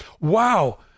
wow